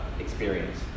experience